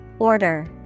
Order